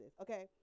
Okay